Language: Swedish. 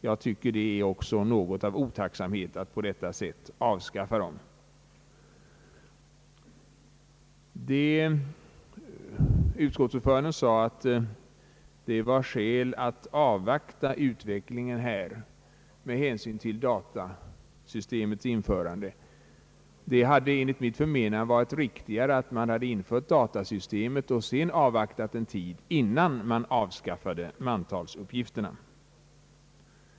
Jag tycker också att det är något av otacksamhet att på detta sätt avskaffa dem. Utskottets ordförande sade att det fanns skäl att avvakta utvecklingen med hänsyn till datasystemets införande. Det hade enligt mitt förmenande varit riktigare att man hade infört datasystemet och sedan avvaktat en tid innan man ev. avskaffade mantalsuppgifterna.